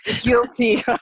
guilty